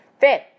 Fifth